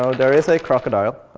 so there is a crocodile.